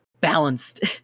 balanced